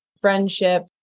friendship